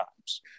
times